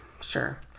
sure